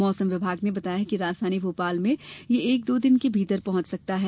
मौसम विभाग ने बताया कि राजधानी भोपाल में यह एक दो दिन के भीतर पहुंच सकता है